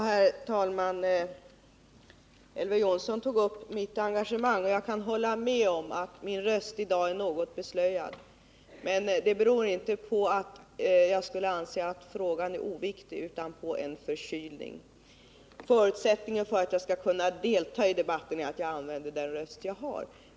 Herr talman! Elver Jonsson tog upp mitt engagemang, och jag kan hålla med om att min röst i dag är något beslöjad. Det beror inte på att jag skulle anse att frågan är oviktig utan på en förkylning. Förutsättningen för att jag skall kunna delta i debatten är att jag använder den röst jag har.